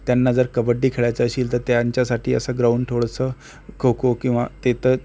त्यांना जर कबड्डी खेळायचं असेल तर त्यांच्यासाठी असं ग्राउंड थोडंसं खो खो किंवा ते तर